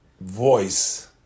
voice